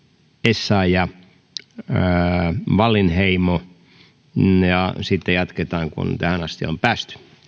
essayah wallinheimo ja sitten jatketaan kun siihen asti on päästy